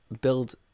build